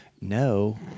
no